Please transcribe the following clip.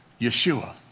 Yeshua